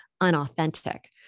unauthentic